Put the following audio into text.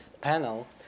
panel